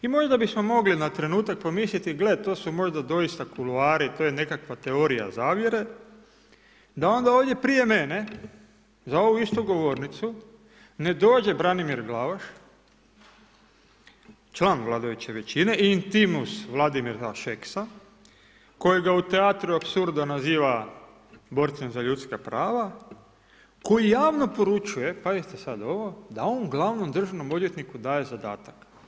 I možda bi smo mogli na trenutak pomisliti, gle to su možda doista kuloari, to je nekakva teorija zavjere, da onda ovdje prije mene za ovu istu govornicu ne dođe Branimir Glavaš, član vladajuće većine i intimus Vladimira Šeksa kojega u teatru apsurda naziva borcem za ljudska prava, koji javno poručuje, pazite sad ovo da on glavnom državnom odvjetniku daje zadatak.